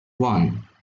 one